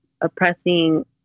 oppressing